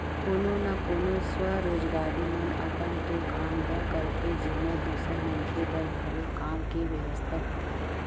कोनो कोनो स्वरोजगारी मन अपन तो काम ल करथे जेमा दूसर मनखे बर घलो काम के बेवस्था होथे